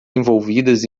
envolvidas